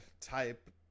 type